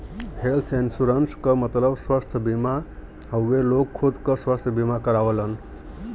health insurance क मतलब स्वस्थ बीमा हउवे लोग खुद क स्वस्थ बीमा करावलन